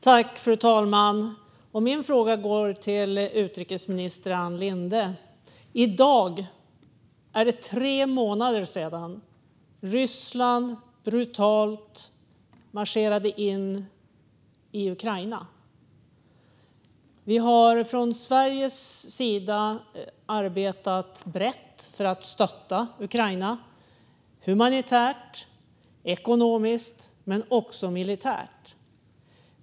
Fru talman! Min fråga går till utrikesminister Ann Linde. I dag är det snart tre månader sedan Ryssland brutalt marscherade in i Ukraina. Vi har från Sveriges sida arbetat brett för att stötta Ukraina humanitärt och ekonomiskt men också militärt.